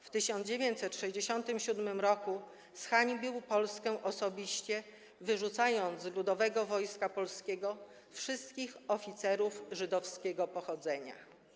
W 1967 r. zhańbił Polskę osobiście, wyrzucając z Ludowego Wojska Polskiego wszystkich oficerów żydowskiego pochodzenia.